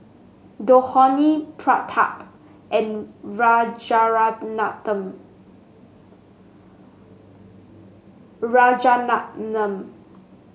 Dhoni Pratap and Rajaratnam